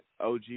OG